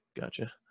Gotcha